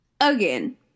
again